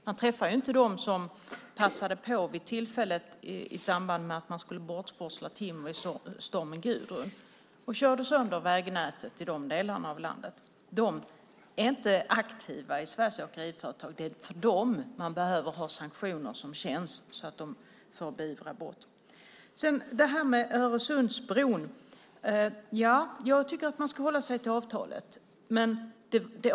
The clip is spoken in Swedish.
Man träffar inte dem som passade på tillfället i samband med att man skulle forsla bort timret efter stormen Gudrun och körde sönder vägnätet i de delarna av landet. De är inte aktiva i Sveriges Åkeriföretag. Det är mot dessa man behöver ha sanktioner som känns för att beivra brott. När det gäller Öresundsbron tycker jag att man ska hålla sig till avtalet.